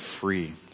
free